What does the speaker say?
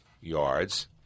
yards